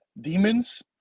demons